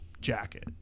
jacket